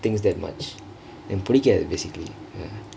thingks that much எனக்கு பிடிக்காது:ennaku pidikaathu basically